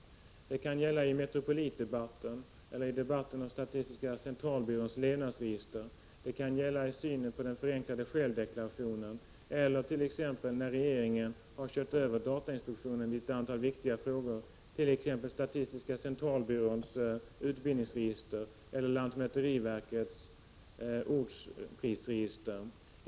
Det kan gälla Metropolitdebatten eller debatten om statistiska centralbyråns levnadsregister. Det kan gälla synen på den förenklade självdeklarationen eller när regeringen har kört över datainspektionen i ett antal viktiga frågor, t.ex. statistiska centralbyråns utbildningsregister eller lantmäteriverkets ortsprisregister.